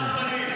עשרה גמלים.